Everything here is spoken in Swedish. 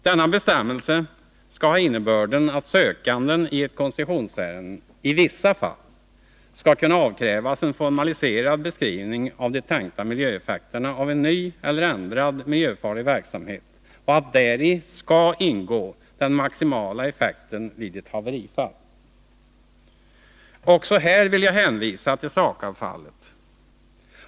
Denna bestämmelse skall ha innebörden att sökande i ett koncessionsärende i vissa fall skall kunna avkrävas en formaliserad beskrivning av de tänkbara miljöeffekterna av en ny eller ändrad miljöfarlig verksamhet och att däri skall ingå den maximala skadeeffekten av ett haverifall. Också här vill jag hänvisa till SAKAB-fallet.